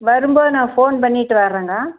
வரும்போது நான் ஃபோன் பண்ணிட்டு வர்றேங்க ஆ